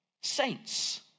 saints